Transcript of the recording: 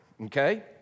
okay